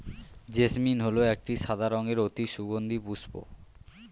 jasmine হল একটি সাদা রঙের অতি সুগন্ধি পুষ্প